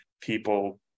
people